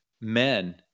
men